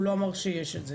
הוא לא אמר שיש את הנוהל.